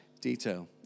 detail